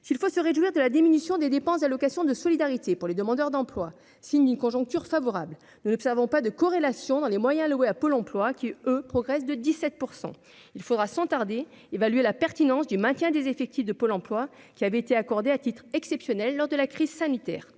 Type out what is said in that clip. s'il faut se réjouir de la diminution des dépenses d'allocations de solidarité pour les demandeurs d'emploi, signe d'une conjoncture favorable, le luxe avons pas de corrélation dans les moyens alloués à Pôle Emploi qui, eux, progressent de 17 % il faudra sans tarder, évaluer la pertinence du maintien des effectifs de Pôle Emploi qui avaient été accordés à titre exceptionnel, lors de la crise sanitaire